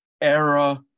error